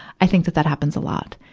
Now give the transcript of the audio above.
i think that that happens a lot.